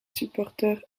supporters